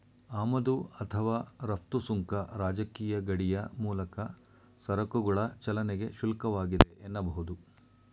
ಆಮದು ಅಥವಾ ರಫ್ತು ಸುಂಕ ರಾಜಕೀಯ ಗಡಿಯ ಮೂಲಕ ಸರಕುಗಳ ಚಲನೆಗೆ ಶುಲ್ಕವಾಗಿದೆ ಎನ್ನಬಹುದು